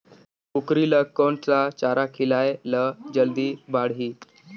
कूकरी ल कोन सा चारा खिलाय ल जल्दी बाड़ही?